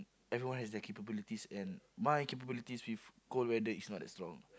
everyone has their capabilities and my capabilities with cold weather is not that strong